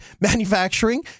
manufacturing